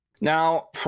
Now